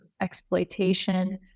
exploitation